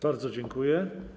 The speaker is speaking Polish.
Bardzo dziękuję.